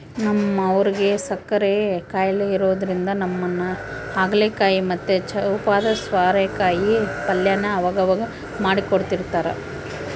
ನಮ್ ಅವ್ವುಗ್ ಸಕ್ಕರೆ ಖಾಯಿಲೆ ಇರೋದ್ರಿಂದ ನಮ್ಮಮ್ಮ ಹಾಗಲಕಾಯಿ ಮತ್ತೆ ಚೂಪಾದ ಸ್ವಾರೆಕಾಯಿ ಪಲ್ಯನ ಅವಗವಾಗ ಮಾಡ್ಕೊಡ್ತಿರ್ತಾರ